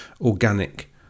organic